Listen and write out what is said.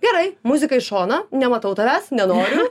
gerai muziką į šoną nematau tavęs nenoriu